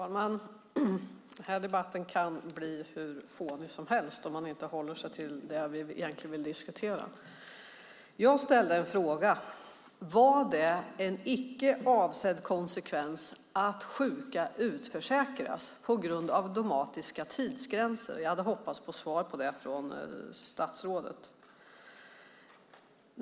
Fru talman! Den här debatten kan bli hur fånig som helst om man inte håller sig till det vi egentligen diskuterar. Jag ställde en fråga: Vad är en icke avsedd konsekvens av att sjuka utförsäkras på grund av dogmatiska tidsgränser? Jag hade hoppats på svar på det från statsrådet.